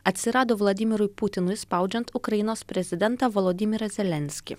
atsirado vladimirui putinui spaudžiant ukrainos prezidentą volodymyrą zelenskį